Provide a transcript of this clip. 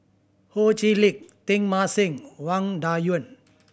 Ho Chee Lick Teng Mah Seng Wang Dayuan